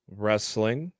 wrestling